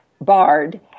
Bard